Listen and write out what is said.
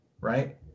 Right